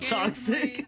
toxic